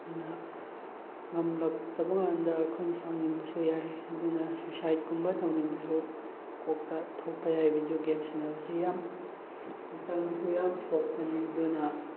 ꯑꯗꯨꯅ ꯉꯝꯂꯛꯇꯕꯀꯥꯟꯗ ꯑꯩꯈꯣꯏꯅ ꯁꯥꯎꯅꯤꯡꯕꯁꯨ ꯌꯥꯏ ꯑꯗꯨꯅ ꯁꯨꯁꯥꯏꯠꯀꯨꯝꯕ ꯇꯧꯅꯤꯡꯕꯁꯨ ꯀꯣꯛꯇ ꯊꯣꯛꯄ ꯌꯥꯏ ꯚꯤꯗꯤꯑꯣ ꯒꯦꯝ ꯁꯥꯟꯅꯕꯁꯦ ꯌꯥꯝ ꯍꯛꯆꯥꯡꯗꯁꯨ ꯌꯥꯝ ꯁꯣꯛꯄꯅꯤ ꯑꯗꯨꯅ